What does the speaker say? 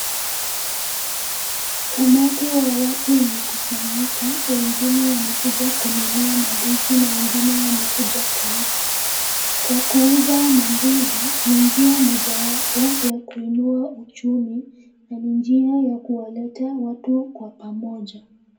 Umati wa watu umekusanyika, wengine wamekuja kununua mandizi wengine wamekuja kuuza. Kwa kuuza mandizi ni njia mojawapo ya kuinua uchumi na ni njia ya kuwaleta watu kwa pamoja.